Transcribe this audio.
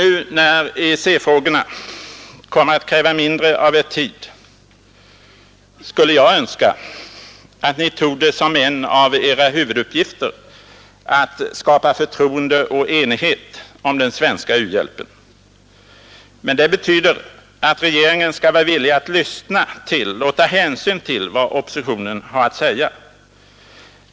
Nu när EEC-frågorna kommer att kräva mindre av Er tid, skulle jag önska att Ni tog det som en av Era huvuduppgifter att skapa förtroende och enighet om den svenska u-hjälpen. Men det betyder att regeringen skall vara villig att lyssna till och ta hänsyn till vad oppositionen har att säga.